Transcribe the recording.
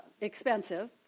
expensive